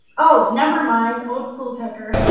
oh never mind old school paper.